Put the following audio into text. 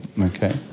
okay